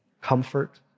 comfort